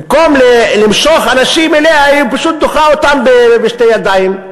במקום למשוך אנשים אליה היא פשוט דוחה אותם בשתי ידיים,